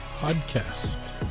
Podcast